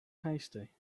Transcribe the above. hasty